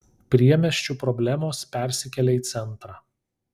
priemiesčių problemos persikelia į centrą